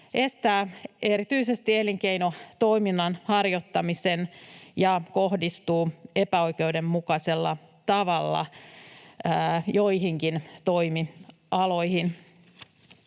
estää erityisesti elinkeinotoiminnan harjoittamisen ja kohdistuu epäoikeudenmukaisella tavalla joihinkin toimialoihin.